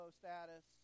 status